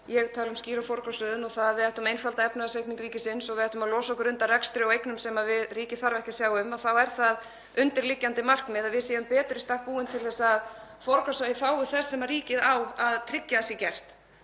ég tala um skýra forgangsröðun og að við ættum að einfalda efnahagsreikning ríkisins og að við ættum að losa okkur undan rekstri á eignum sem ríkið þarf ekki að sjá um þá er það undirliggjandi markmið að við séum betur í stakk búin til að forgangsraða í þágu þess sem ríkið á að tryggja að sé gert.